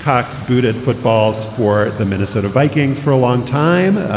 cox booted footballs for the minnesota vikings for a long time.